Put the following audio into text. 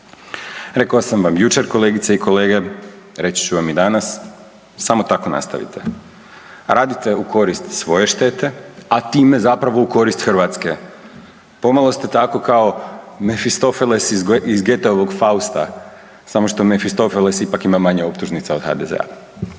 Rekao sam vam jučer kolegice i kolege, reći ću vam i danas, samo tako nastavite. Radite u korist svoje štete, a time zapravo u korist Hrvatske. Pomalo ste tako kao Mefistofeles iz Goete-ovog Fausta, samo što Mefistofeses ipak ima manje optužnica od HDZ-a.